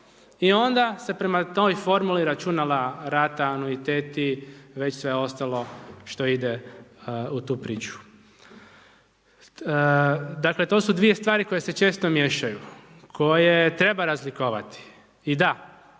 i onda se prema toj formuli računala rata, anuiteti, već sve ostalo što ide u tu priču. Dakle, to su dvije stvari koje se često miješaju, koje treba razlikovati i da,